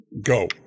go